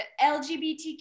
LGBTQ